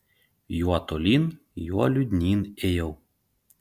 juo tolyn juo liūdnyn ėjau